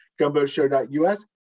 gumboshow.us